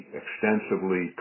extensively